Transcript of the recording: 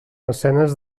escenes